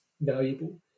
valuable